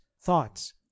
thoughts